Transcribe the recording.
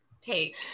take